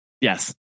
yes